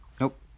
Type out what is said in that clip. Nope